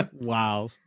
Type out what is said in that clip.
wow